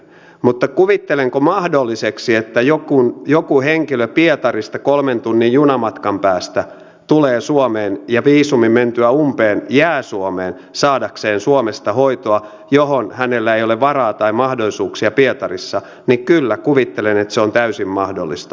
mutta kuvittelenko mahdolliseksi että joku henkilö pietarista kolmen tunnin junamatkan päästä tulee suomeen ja viisumin mentyä umpeen jää suomeen saadakseen suomesta hoitoa johon hänellä ei ole varaa tai mahdollisuuksia pietarissa kyllä kuvittelen että se on täysin mahdollista